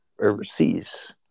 overseas